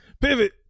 Pivot